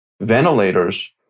ventilators